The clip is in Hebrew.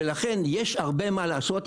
ולכן יש הרבה מה לעשות,